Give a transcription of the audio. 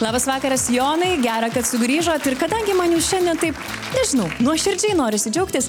labas vakaras jonai gera kad sugrįžot ir kadangi man jau šiandien taip nežinau nuoširdžiai norisi džiaugtis